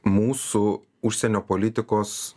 mūsų užsienio politikos